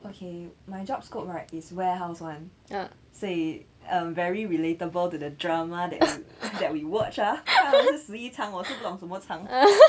okay my job scope right is warehouse [one] 所以 um very relatable to the drama that that we watch ah 他们是十一餐我是不懂什么餐